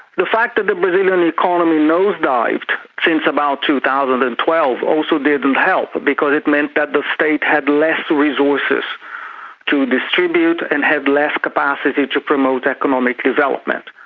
the fact that the brazilian economy nosedived since about two thousand and twelve also didn't help but because it meant that the state had less resources to distribute and had less capacity to promote economic development.